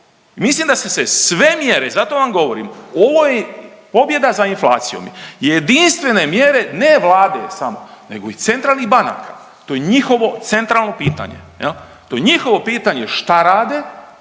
Mislim da će se sve mjere, zato vam govorim ovo je pobjeda za inflacijom jedinstvene mjere ne Vlade samo nego i centralnih banaka, to je njihovo centralno pitanje. To je njihovo pitanje šta rade,